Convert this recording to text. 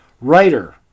writer